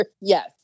yes